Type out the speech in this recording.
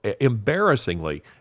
embarrassingly